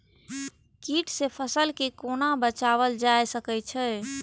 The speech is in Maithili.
कीट से फसल के कोना बचावल जाय सकैछ?